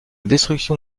destruction